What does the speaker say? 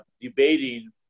debating